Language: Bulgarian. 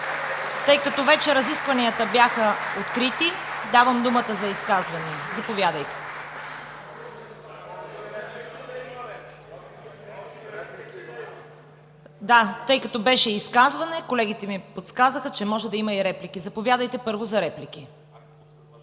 Тъй като вече разискванията бяха открити, давам думата за изказвания. Заповядайте. (Шум и реплики.) Да, тъй като беше изказване, колегите ми подсказаха, че може да има и реплики. Заповядайте за реплика,